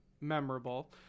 memorable